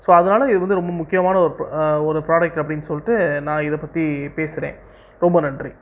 so அதனால இதுவந்து ரொம்ப முக்கியமான ஒரு ப்ரா ஒரு ப்ராடக்ட் அப்படின்னு சொல்ட்டு நான் இத பத்தி பேசுறேன் ரொம்ப நன்றி